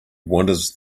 wanders